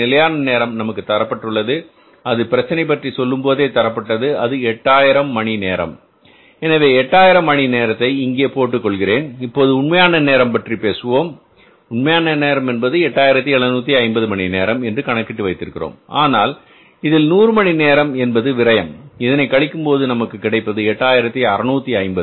நிலையான நேரம் நமக்குத் தரப்பட்டுள்ளது அது பிரச்சனை பற்றி சொல்லும் போதே தரப்பட்டது அது 8000 மணி நேரம் எனவே 8000 மணி நேரத்தை இங்கே போட்டுக் கொள்கிறேன் இப்போது உண்மையான நேரம் பற்றி பேசுவோம் உண்மையான நேரம் என்பதை 8750 மணி நேரம் என்று கணக்கிட்டு வைத்திருக்கிறோம் ஆனால் இதில் 100 மணி நேரம் என்பது விரையம் இதனை கழிக்கும்போது நமக்கு கிடைப்பது 8650